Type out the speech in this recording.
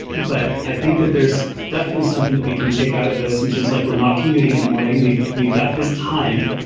but i think that there's definitely something that we can take out of this in terms of like we're not commuting in the morning, we've we've got this time,